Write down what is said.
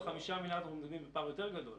מול ה-5 מיליארד אנחנו מדברים על פער יותר גדול.